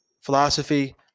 philosophy